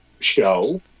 Show